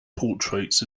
portraits